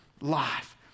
life